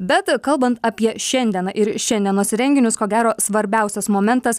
bet kalbant apie šiandieną ir šiandienos renginius ko gero svarbiausias momentas